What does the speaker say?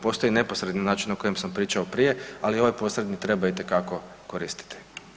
Postoji neposredni način o kojem sam pričao prije, ali ovaj posredni treba itekako koristiti.